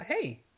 hey